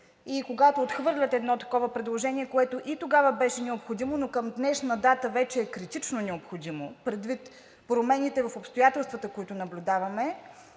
и когато отхвърлят едно такова предложение, което и тогава беше необходимо, но към днешна дата вече е критично необходимо предвид промените в обстоятелствата, които наблюдаваме,